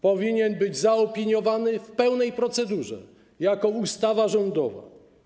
Powinien zostać zaopiniowany w pełnej procedurze, jako ustawa rządowa.